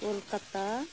Kolkata